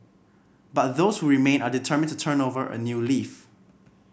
but those who remain are determined to turn over a new leaf